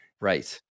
Right